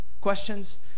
questions